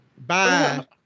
Bye